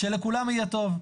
אלא שלכולם יהיה טוב.